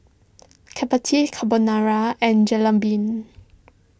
Chapati Carbonara and Jalebi